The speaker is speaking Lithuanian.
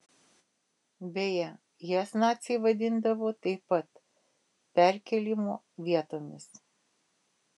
beje jas naciai vadindavo taip pat perkėlimo vietomis